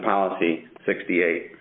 policy sixty eight